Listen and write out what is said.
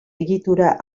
egitura